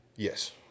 Yes